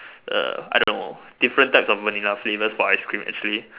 err I don't know different types of Vanilla flavors for ice cream actually